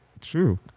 true